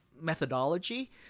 methodology